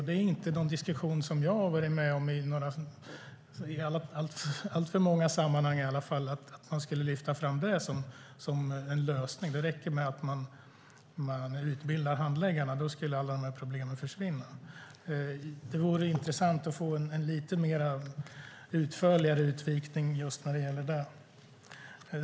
Det är inte en diskussion jag har varit med om i alltför många sammanhang i alla fall, att man skulle lyfta fram som en lösning att det räcker med att man utbildar handläggarna för att alla problem ska försvinna. Det vore intressant att få en lite utförligare utvikning när det gäller detta.